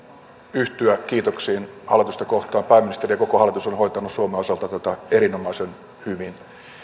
yhtyä kiitoksiin hallitusta kohtaan pääministeri ja koko hallitus ovat hoitaneet suomen osalta tätä erinomaisen hyvin